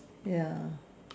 ya